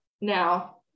now